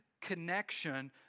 connection